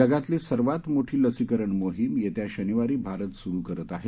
जगातली सर्वात मोठी लसीकरण मोहीम येत्या शनिवारी भारत सुरु करत आहे